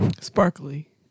Sparkly